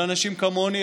על אנשים כמוני,